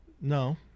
No